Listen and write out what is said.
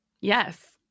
Yes